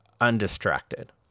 undistracted